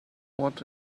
what